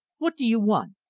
what do you want?